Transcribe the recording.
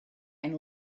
and